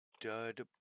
Dud